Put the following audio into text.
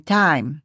time